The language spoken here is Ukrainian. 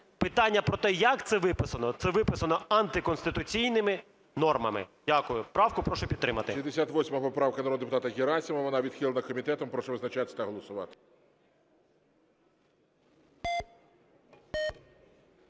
Питання про те, як це виписано – це виписано антикорупційними нормами. Дякую. Правку прошу підтримати. ГОЛОВУЮЧИЙ. 68 поправка народного депутата Герасимова. Вона відхилена комітетом. Прошу визначатися та голосувати.